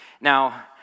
Now